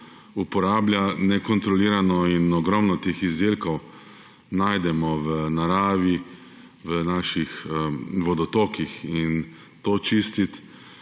uporablja, nekontrolirano in ogromno teh izdelkov najdemo v naravi, v naših vodotokih. In to čistiti